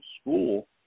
school